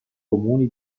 comuni